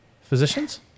physicians